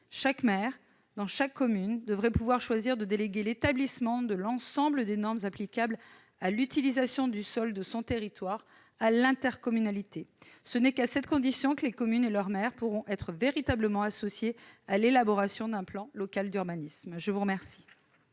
Chaque maire, dans chaque commune, devrait pouvoir choisir de déléguer l'établissement de l'ensemble des normes applicables à l'utilisation du sol de son territoire à l'intercommunalité. Ce n'est qu'à cette condition que les communes et leurs maires pourront être véritablement associés à l'élaboration d'un PLU. Quel est l'avis de la commission